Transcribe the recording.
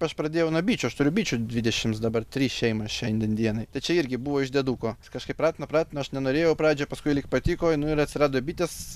aš pradėjau nuo bičių aš turiu bičių dvidešims dabar tris šeimas šiandien dienai tad čia irgi buvo iš dieduko kažkaip pratino pratino aš nenorėjau pradžioj paskui lyg patiko nu ir atsirado bitės